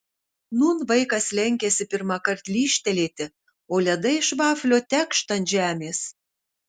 nūn vaikas lenkiasi pirmąkart lyžtelėti o ledai iš vaflio tekšt ant žemės